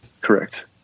Correct